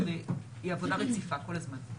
והיא עבודה רציפה, כל הזמן.